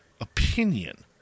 opinion